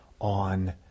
on